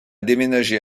déménagé